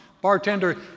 Bartender